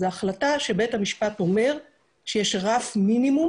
זו החלטה שבית המשפט אומר שיש רף מינימום